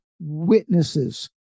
witnesses